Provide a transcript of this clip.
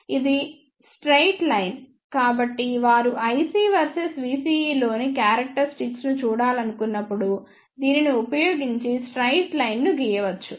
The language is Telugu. ఇది స్ట్రెయిట్ లైన్ కాబట్టి వారు ic వెర్సెస్ vCE లోని క్యారక్టర్య్స్టిక్స్ ను చూడాలనుకున్నప్పుడు దీనిని ఉపయోగించి స్ట్రెయిట్ లైన్ ను గీయవచ్చు